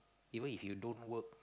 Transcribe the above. even if you don't work